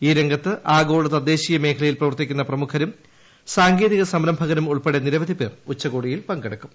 ഈ രംഗത്ത് ആഗോള തദ്ദേശീയ മേഖലയിൽ പ്രവർത്തിക്കുന്ന പ്രമുഖരും സാങ്കേതിക സംരഭകരും ഉൾപ്പടെ നിരവധിപേർ ഉച്ചക്കോടിയിൽ പൂള്ളിട്ടുക്കും